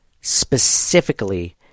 specifically